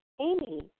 Amy